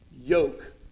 yoke